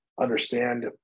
understand